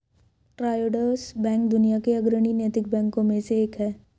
Triodos bank दुनिया के अग्रणी नैतिक बैंकों में से एक है